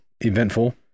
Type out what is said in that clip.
eventful